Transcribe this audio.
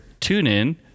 TuneIn